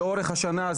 לאורך השנה.